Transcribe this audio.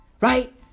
right